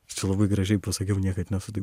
aš čia labai gražiai pasakiau niekad nesu taip